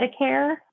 Medicare